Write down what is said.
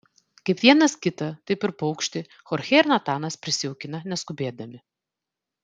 kaip vienas kitą taip ir paukštį chorchė ir natanas prisijaukina neskubėdami